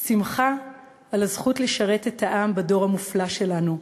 שמחה, על הזכות לשרת את העם בדור המופלא שלנו,